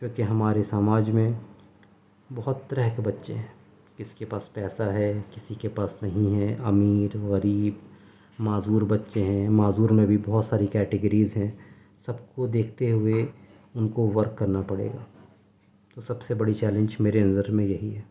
کیونکہ ہمارے سماج میں بہت طرح کے بچے ہیں کسی کے پاس پیسہ ہے کسی کے پاس نہیں ہے امیر غریب معذور بچے ہیں معذور میں بھی بہت ساری کٹیگریز ہیں سب کو دیکھتے ہوئے ان کو ورک کرنا پڑے گا تو سب سے بڑی چیلنج میرے نظر میں یہی ہے